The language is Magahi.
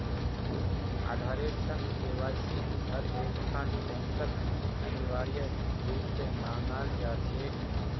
आधारेर संग केवाईसिक हर एकखन बैंकत अनिवार्य रूप स मांगाल जा छेक